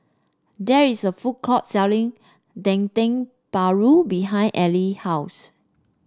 there is a food court selling Dendeng Paru behind Allean house